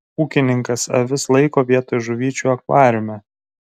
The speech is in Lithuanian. ūkininkas avis laiko vietoj žuvyčių akvariume